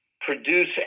produce